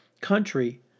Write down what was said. country